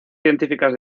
científicas